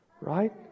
right